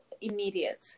immediate